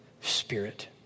spirit